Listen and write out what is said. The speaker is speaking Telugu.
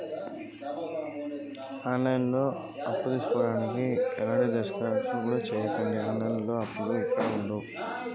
నాకు ఆన్ లైన్ లో అప్పు తీసుకోవడానికి ఎలా దరఖాస్తు చేసుకోవాలి దానికి సంబంధించిన సమాచారం చెప్పండి?